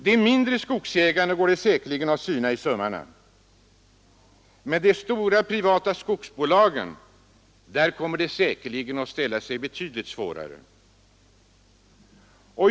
De mindre skogsägarna går det säkerligen att syna i sömmarna, men när det gäller de stora privata skogsbolagen ställer det sig svårare.